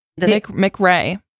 mcray